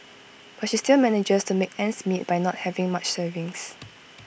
but she still manages to make ends meet by not having much savings